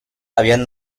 habían